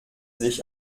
sich